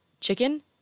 Chicken